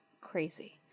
Crazy